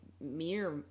mere